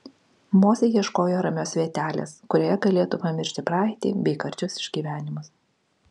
mozė ieškojo ramios vietelės kurioje galėtų pamiršti praeitį bei karčius išgyvenimus